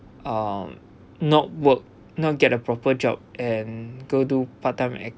uh not work not get a proper job and go do part time